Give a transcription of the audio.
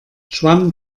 schwamm